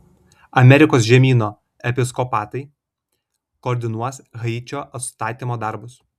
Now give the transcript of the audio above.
amerikos žemyno episkopatai koordinuos haičio atstatymo darbus